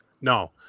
No